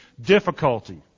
difficulty